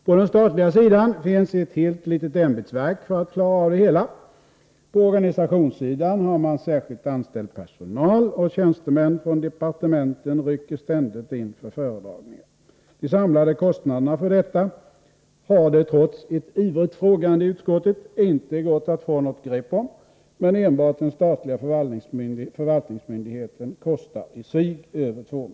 På den statliga sidan — Nr 151 finns ett helt litet ämbetsverk för att klara av det hela, på organisationssidan E Å Onsdagen den har man särskilt anställd personal, och tjänstemän från departementen 23 maj 1984 rycker ständigt in för föredragningar. De samlade kostnaderna för detta har dettrots jvngtträgande i UtsKogtet inte gått att ff något grepp om, men enbart Granskning av den statliga förhandlingsmyndigheten kostar över 2 milj.kr. per år.